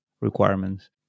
requirements